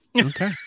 Okay